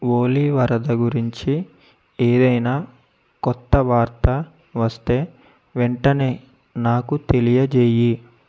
ఓలీ వరద గురించి ఏదైనా కొత్త వార్త వస్తే వెంటనే నాకు తెలియజేయీ